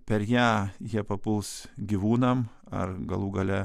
per ją jie papuls gyvūnam ar galų gale